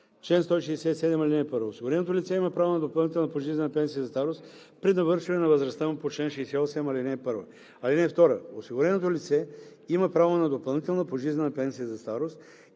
Чл. 167. (1) Осигуреното лице има право на допълнителна пожизнена пенсия за старост при навършване на възрастта му по чл. 68, ал. 1. (2) Осигуреното лице има право на допълнителна пожизнена пенсия за старост